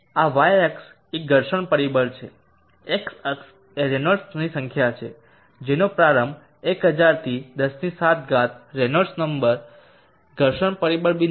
આ વાય અક્ષ એક ઘર્ષણ પરિબળ છે એક્સ અક્ષ એ રેનોલ્ડ્સ સંખ્યા છે જેનો પ્રારંભ 1000 થી 107 રેનોલ્ડ્સ ઘર્ષણ પરિબળ બિંદુ 0